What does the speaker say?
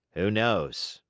who knows?